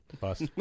Bust